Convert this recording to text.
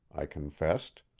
i confessed,